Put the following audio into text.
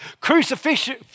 Crucifixion